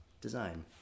design